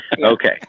Okay